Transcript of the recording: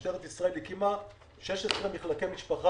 משטרת ישראל הקימה 16 מחלקי משפחה,